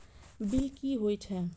Bill की हौए छै?